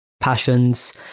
passions